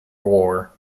war